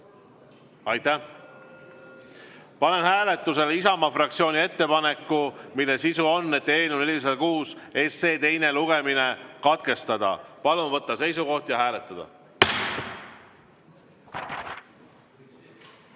Aitäh! Panen hääletusele Isamaa fraktsiooni ettepaneku, mille sisu on, et eelnõu 406 teine lugemine katkestada. Palun võtta seisukoht ja hääletada!